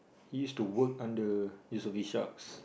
he used to work under Yusof-Ishak's